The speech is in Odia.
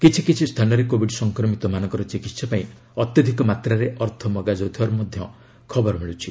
କିଛି କିଛି ସ୍ଥାନରେ କୋଭିଡ୍ ସଂକ୍ରମିତମାନଙ୍କର ଚିକିତ୍ସା ପାଇଁ ଅତ୍ୟଧିକ ମାତ୍ରାରେ ଅର୍ଥ ମଗାଯାଉଥିବାର ଖବର ମିଳୁଛି